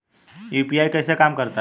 UPI कैसे काम करता है?